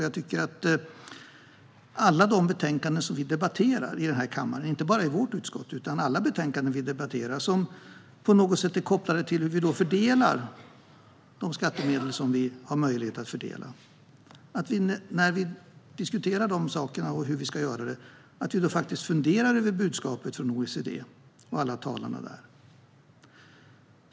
Jag tänker på de betänkanden vi debatterar i den här kammaren - inte bara dem från vårt utskott utan alla betänkanden som på något sätt är kopplade till hur vi fördelar de skattemedel som vi har möjlighet att fördela. När vi diskuterar de här sakerna och hur vi ska göra detta bör vi fundera över budskapet från OECD och alla talarna där.